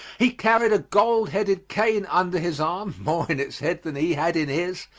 he carried a gold-headed cane under his arm more in its head than he had in his.